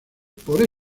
por